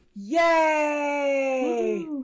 Yay